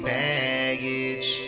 baggage